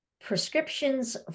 prescriptions